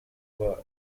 were